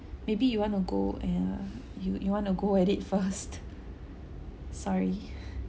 maybe you wanna go and uh you you wanna go at it first sorry